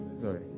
sorry